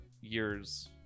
years